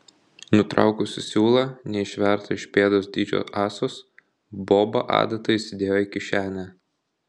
nutraukusi siūlą neišvertą iš pėdos dydžio ąsos boba adatą įsidėjo į kišenę